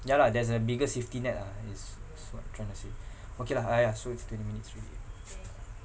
ya lah there's a bigger safety net ah is is what I'm trying to say okay lah ah ya so it's twenty minutes already